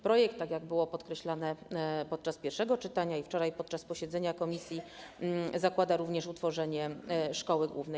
Projekt, tak jak było podkreślone podczas pierwszego czytania i wczoraj, podczas posiedzenia komisji, zakłada również utworzenie Szkoły Głównej.